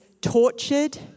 tortured